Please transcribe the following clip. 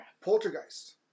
Poltergeist